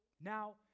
Now